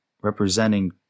representing